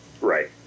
Right